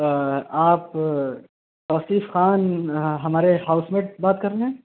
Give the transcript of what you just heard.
آپ آصف خان ہمارے housemate بات کر رہے ہیں